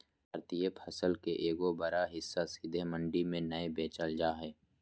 भारतीय फसल के एगो बड़ा हिस्सा सीधे मंडी में नय बेचल जा हय